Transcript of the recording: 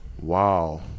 Wow